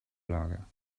lager